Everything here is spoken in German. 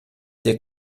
der